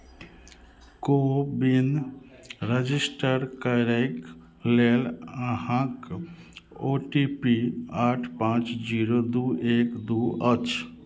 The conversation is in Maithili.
कोविन रजिस्टर करैक लेल अहाँक ओ टी पी आठ पाँच जीरो दू एक दू अछि